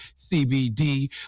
CBD